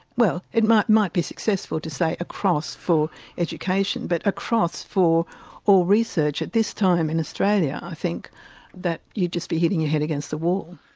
well, it might might be successful to say a cross for education, but a cross for all research at this time in australia i think that you'd just be hitting ah head against a wall.